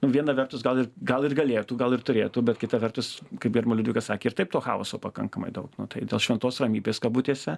nu viena vertus gal ir gal ir galėtų gal ir turėtų bet kita vertus kaip gerbiama liudvika sakė ir taip to chaoso pakankamai daug nu tai dėl šventos ramybės kabutėse